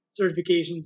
certifications